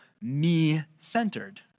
me-centered